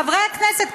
חברי הכנסת,